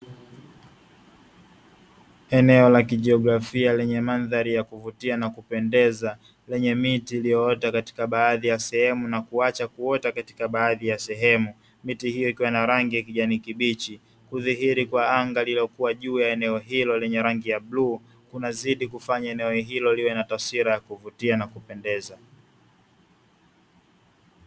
Eneo la kijiografia lenye mandhari ya kuvutia na kupendeza, lenye miti iliyoota katika baadhi ya sehemu na kuacha kuota katika baadhi ya sehemu. Miti hiyo ikiwa na rangi ya kijani kibichi, kudhihiri kwa anga lililokuwa juu ya eneo hilo lenye rangi ya bluu kunazidi kufanya eneo hilo liwe na taswira ya kuvutia na kupendeza.